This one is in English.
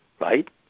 right